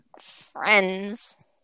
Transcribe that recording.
Friends